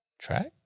track